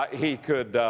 he could,